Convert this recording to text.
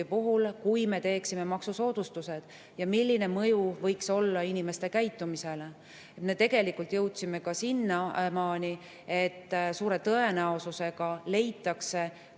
kui me teeksime maksusoodustused, siis milline mõju võiks sellel olla inimeste käitumisele. Me jõudsime ka sinnamaani, et suure tõenäosusega leitakse